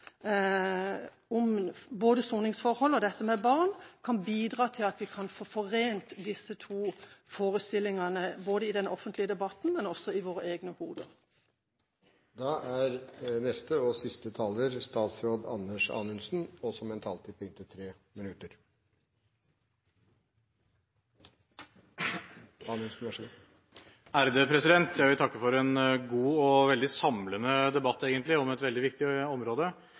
både soningsforhold og dette med barn, kan bidra til at vi kan få forent disse to forestillingene både i den offentlige debatten og i våre egne hoder. Jeg vil takke for en god og egentlig veldig samlende debatt om et veldig viktig område. Jeg tror de fleste som har vært på talerstolen, har delt både bekymringene og oppfatningene om hvilke utfordringer vi står overfor, og også i stor grad vært enige om